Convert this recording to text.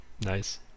Nice